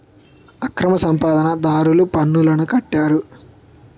అక్రమ సంపాదన దారులు పన్నులను కట్టరు